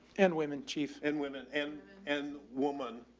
and women chief and women and and woman.